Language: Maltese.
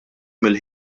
mill